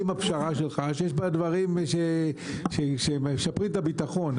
עם הפשרה שלך שיש בה דברים שמשפרים את הביטחון,